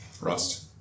Rust